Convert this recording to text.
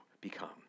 become